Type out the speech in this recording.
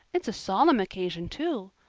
it's a solemn occasion too.